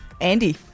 Andy